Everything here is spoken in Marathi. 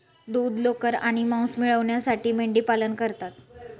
दूध, लोकर आणि मांस मिळविण्यासाठी मेंढीपालन करतात